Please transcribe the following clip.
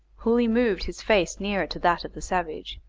hooley moved his face nearer to that of the savage,